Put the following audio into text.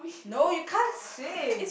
no you can't sing